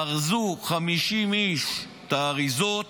ארזו 50 איש את האריזות